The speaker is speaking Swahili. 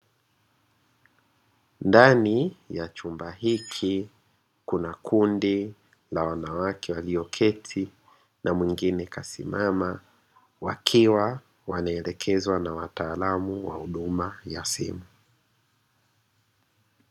Ndani ya chumba hiki, kuna kundi la wanawake walioketi na mwingine kasimama, wakiwa wanaelekezwa na wataalamu wa huduma ya simu.